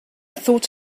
thought